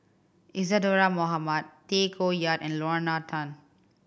Isadhora Mohamed Tay Koh Yat and Lorna Tan